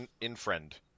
in-friend